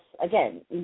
again